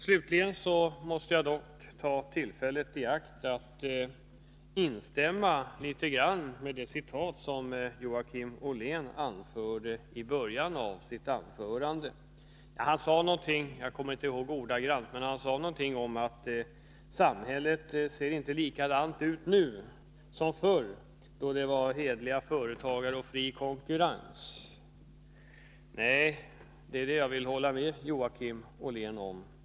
Slutligen måste jag dock ta tillfället i akt att instämma i det citat som Joakim Ollén anförde i början av sitt inlägg. Jag kommer inte ihåg ordagrant, men han sade någonting om att samhället inte ser likadant ut nu som förr, då det var hederliga företagare och fri konkurrens. Nej, och det är detta jag vill hålla med Joakim Ollén om.